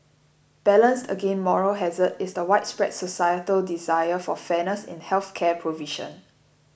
balanced against moral hazard is the widespread societal desire for fairness in health care provision